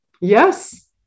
Yes